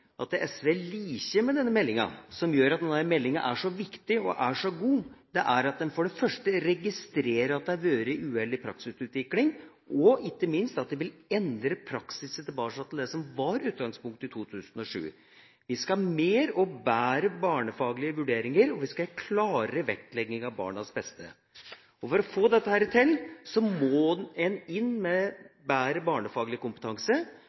det SV liker med denne meldinga, og som gjør at denne meldinga er så viktig og så god, er at den for det første registrerer at det har vært en uheldig praksisutvikling, og ikke minst at den vil endre praksisen tilbake til det som var utgangspunktet i 2007. Vi skal ha flere og bedre barnefaglige vurderinger, og vi skal ha klarere vektlegging av barnas beste. For å få dette til må en inn med bedre barnefaglig kompetanse,